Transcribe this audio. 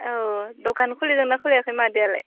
औ दखान खुलिदोंना खुलियाखै मादैआलाय